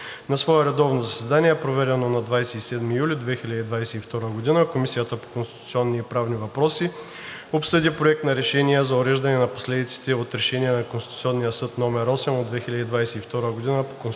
На свое редовно заседание, проведено на 27 юли 2022 г., Комисията по конституционни и правни въпроси обсъди Проект на решение за уреждане на последиците от Решение на Конституционния съд № 8 от 2022 г. по конституционно дело